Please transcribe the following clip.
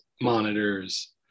monitors